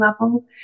level